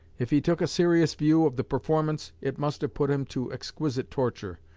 if he took a serious view of the performance it must have put him to exquisite torture,